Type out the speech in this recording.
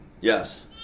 Yes